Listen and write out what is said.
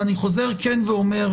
ואני חוזר ואומר,